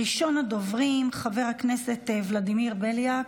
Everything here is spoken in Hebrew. ראשון הדוברים, חבר הכנסת ולדימיר בליאק,